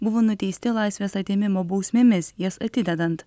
buvo nuteisti laisvės atėmimo bausmėmis jas atidedant